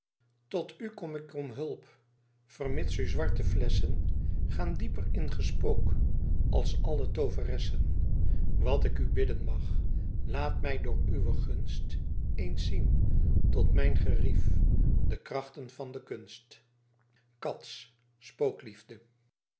tot u koom ick om hulp vermits u swarte flessen gaen dieper in gespoock als alle toveressen wat ick u bidden magh laat my door uwe gunst eens sien tot myn gerief de krachten van de kunst cats